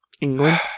England